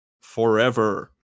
forever